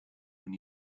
when